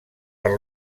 per